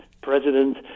president